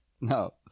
No